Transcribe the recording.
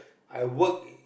I worked